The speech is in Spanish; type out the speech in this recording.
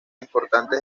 importantes